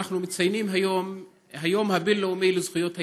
אנחנו מציינים היום את היום הבין-לאומי לזכויות הילד,